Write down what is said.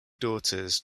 daughters